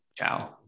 ciao